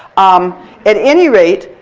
um at any rate,